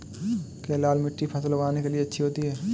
क्या लाल मिट्टी फसल उगाने के लिए अच्छी होती है?